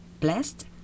blessed